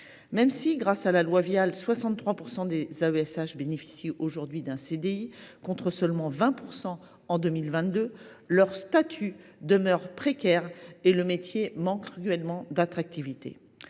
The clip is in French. Même si, grâce à la loi Vial, 63 % des AESH bénéficient aujourd’hui d’un CDI contre seulement 20 % en 2022, leur statut demeure précaire et le métier manque cruellement d’attractivité.